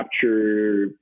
capture